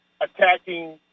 attacking